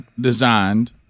designed